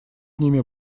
ними